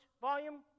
volume